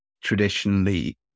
traditionally